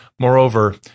Moreover